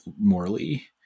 morally